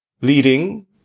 leading